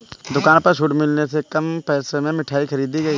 दुकान पर छूट मिलने से कम पैसे में मिठाई खरीदी गई